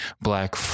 Black